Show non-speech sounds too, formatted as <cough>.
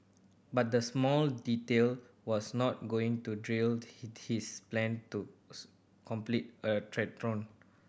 but the small detail was not going to derail <unintelligible> his plan to <unintelligible> complete a triathlon